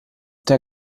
der